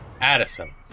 Addison